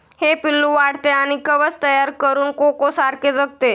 हे पिल्लू वाढते आणि कवच तयार करून कोकोसारखे जगते